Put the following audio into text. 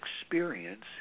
experience